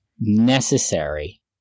Necessary